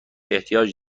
احتیاج